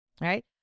Right